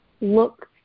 look